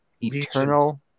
eternal